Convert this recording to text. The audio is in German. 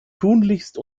tunlichst